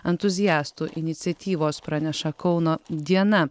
entuziastų iniciatyvos praneša kauno diena